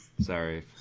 Sorry